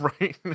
right